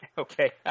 Okay